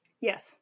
Yes